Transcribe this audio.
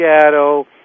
shadow